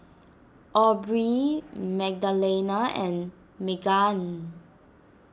Aubrie Magdalena and Meggan